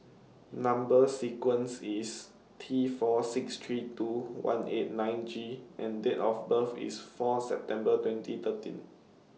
Number sequence IS T four six three two one eight nine G and Date of birth IS four September twenty thirteen